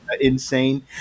insane